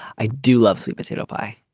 i do love sweet potato pie.